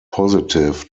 positive